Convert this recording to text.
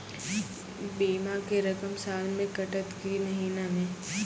बीमा के रकम साल मे कटत कि महीना मे?